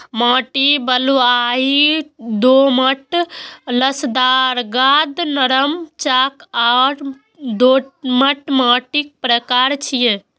माटि बलुआही, दोमट, लसदार, गाद, नरम, चाक आ दोमट माटिक प्रकार छियै